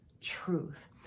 truth